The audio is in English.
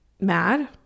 mad